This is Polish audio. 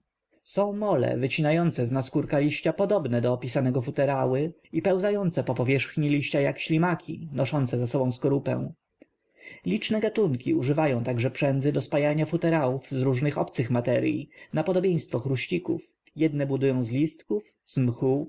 są mole wycinające z naskórka liścia podobne do opisanego futerały związujące je od środka jedwabiem i pełzające po powierzchni liścia jak ślimaki noszące za sobą skorupę liczne gatunki używają także przędzy do spajania futerałów z różnych obcych materyj na podobieństwo chróścików jedne budują z listków